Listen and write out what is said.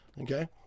Okay